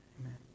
amen